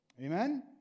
Amen